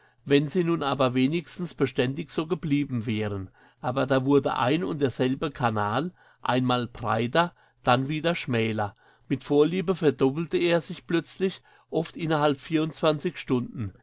wenn sie nun aber wenigstens beständig so geblieben wären aber da wurde ein und derselbe kanal einmal breiter dann wieder schmäler mit vorliebe verdoppelte er sich plötzlich oft innerhalb stunden